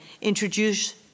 introduce